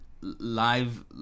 live